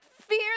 fear